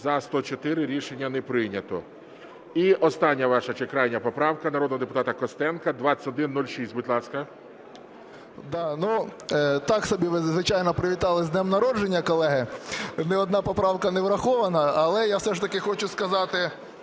За-104 Рішення не прийнято. І остання ваша чи крайня поправка, народного депутата Костенка, 2106, будь ласка. 11:05:49 КОСТЕНКО Р.В. Ну, так собі ви, звичайно, привітали з днем народження, колеги. Ні одна поправка не врахована. Але я все ж таки хочу сказати,